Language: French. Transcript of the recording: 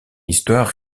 histoire